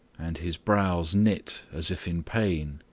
and his brows knit as if in pain.